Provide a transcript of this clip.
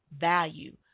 value